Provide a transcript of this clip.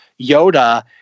Yoda